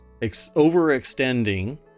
overextending